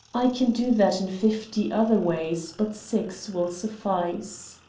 i can do that in fifty other ways, but six will suffice.